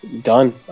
done